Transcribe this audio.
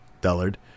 Dullard